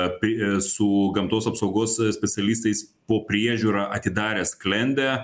apie su gamtos apsaugos specialistais po priežiūra atidarė sklendę